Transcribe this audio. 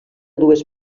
dues